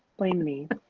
blame me.